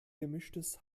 gemischtes